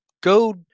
go